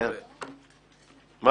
כן, באוגוסט.